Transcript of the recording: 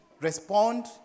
respond